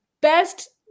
best